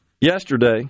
yesterday